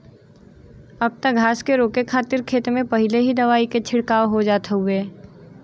अब त घास के रोके खातिर खेत में पहिले ही दवाई के छिड़काव हो जात हउवे